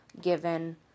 given